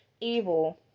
evil